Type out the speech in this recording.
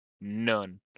None